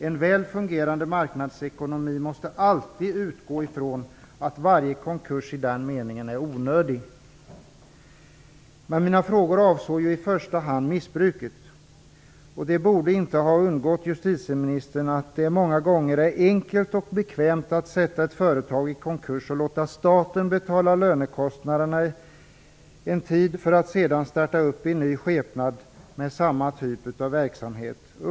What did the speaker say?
En väl fungerande marknadsekonomi måste alltid utgå ifrån att varje konkurs i den meningen är onödig. Mina frågor avsåg i första hand missbruket. Det borde inte ha undgått justitieministern att det många gånger är enkelt och bekvämt att försätta ett företag i konkurs och låta staten betala lönekostnaderna en tid för att sedan starta i ny skepnad med samma typ av verksamhet.